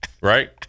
Right